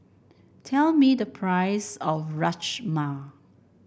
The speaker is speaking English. tell me the price of Rajma